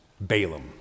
Balaam